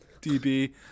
DB